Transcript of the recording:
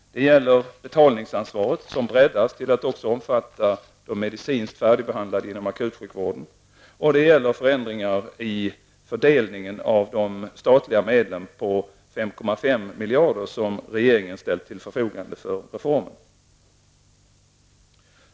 Det gäller betalningsansvaret, som breddas till att också omfatta de medicinskt färdigbehandlade inom akutsjukvården, och förändringar i fördelningen av de statliga medlen på 5,5 miljarder som regeringen har ställt till förfogande för reformen.